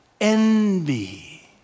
envy